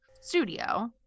studio